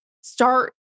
start